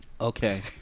okay